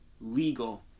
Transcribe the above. legal